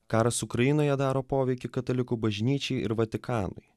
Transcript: karas ukrainoje daro poveikį katalikų bažnyčiai ir vatikanui